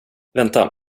vänta